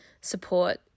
support